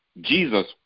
Jesus